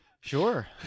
Sure